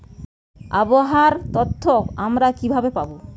আবহাওয়ার তথ্য আমরা কিভাবে পাব?